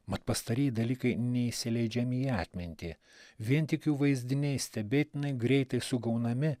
mat pastarieji dalykai neįsileidžiami į atmintį vien tik jų vaizdiniai stebėtinai greitai sugaunami